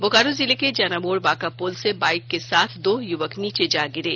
बोकारो जिले के जैनामोड़ बांका पुल से बाइक के साथ दो युवक नीचे जा गिरे